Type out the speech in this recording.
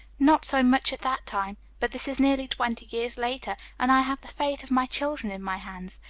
not so much at that time but this is nearly twenty years later, and i have the fate of my children in my hands.